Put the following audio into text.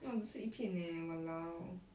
eh 我只吃一片 leh !walao!